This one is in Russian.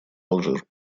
алжир